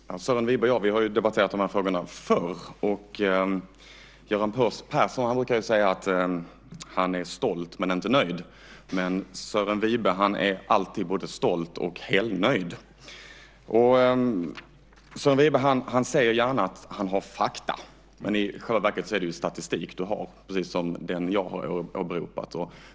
Fru talman! Sören Wibe och jag har debatterat dessa frågor förr. Göran Persson brukar ju säga att han är stolt men inte nöjd. Sören Wibe är alltid både stolt och helnöjd. Han säger gärna att han har fakta. I själva verket är det statistik han har, precis som den som jag åberopat.